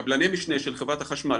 קבלני משנה של חברת החשמל,